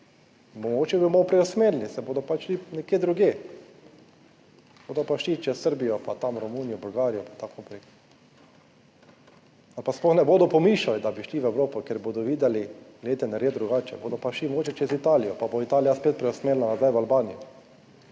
mogoče bomo preusmerili, se bodo pač šli nekje drugje, bodo pa šli čez Srbijo pa tam Romunijo, Bolgarijo in tako naprej, ali pa sploh ne bodo pomišljali, da bi šli v Evropo, ker bodo videli, glejte, narediti drugače, bodo pa šli mogoče čez Italijo, pa bo Italija spet preusmerila nazaj v Albanijo,